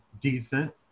decent